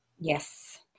Yes